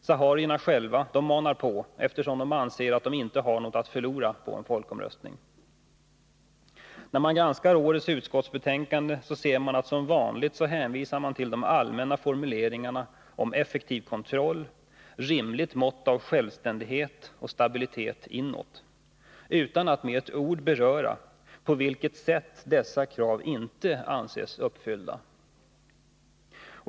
Saharierna själva manar på, eftersom de inte anser sig ha något att förlora på en folkomröstning. När man granskar årets utskottsbetänkande, så finner man att det som vanligt hänvisas till de allmänna formuleringarna om effektiv kontroll, rimligt mått av självständighet och stabilitet inåt. Inte med ett ord berör man på vilket sätt dessa krav inte anses uppfyllda.